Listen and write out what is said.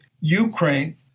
Ukraine